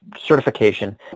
Certification